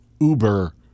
uber